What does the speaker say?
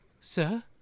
Sir